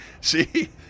See